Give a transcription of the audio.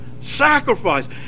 sacrifice